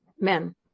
men